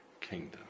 kingdom